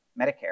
Medicare